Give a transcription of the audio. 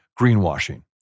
greenwashing